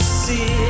see